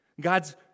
God's